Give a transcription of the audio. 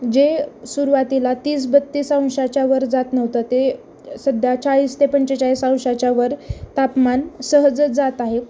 जे सुरवातीला तीस बत्तीस अंशाच्यावर जात नव्हतं ते सध्या चाळीस ते पंचेचाळीस अंशाच्यावर तापमान सहज जात आहे